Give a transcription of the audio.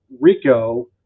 RICO